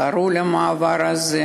קראו למעבר הזה